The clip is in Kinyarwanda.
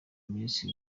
ministre